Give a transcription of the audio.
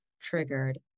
triggered